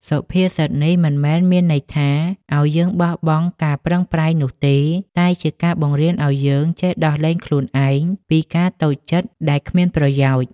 សុភាសិតនេះមិនមែនមានន័យថា ឱ្យយើងបោះបង់ការប្រឹងប្រែងនោះទេ តែជាការបង្រៀនឱ្យយើងចេះដោះលែងខ្លួនឯងពីការតូចចិត្តដែលគ្មានប្រយោជន៍។